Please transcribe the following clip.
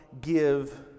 give